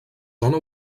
zona